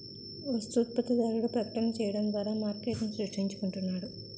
వస్తు ఉత్పత్తిదారుడు ప్రకటనలు చేయడం ద్వారా మార్కెట్ను సృష్టించుకుంటున్నాడు